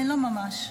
לא ממש,